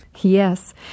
Yes